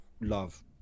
love